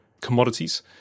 commodities